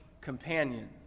companion